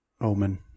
Omen